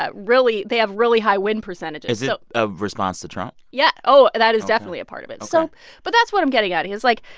ah really they have really high win percentages is it a response to trump? yeah. oh, that is definitely a part of it ok so but that's what i'm getting at is, like,